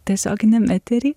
tiesioginiam etery